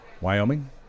Wyoming